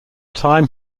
time